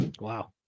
Wow